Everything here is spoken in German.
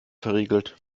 verriegelt